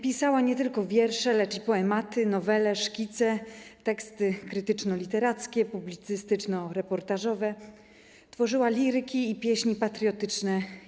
Pisała nie tylko wiersze, lecz i poematy, nowele, szkice, teksty krytycznoliterackie i publicystyczno-reportażowe, tworzyła liryki i pieśni patriotyczne.